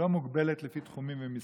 והיא לא מוגבלת לפי תחומים ומשרדים,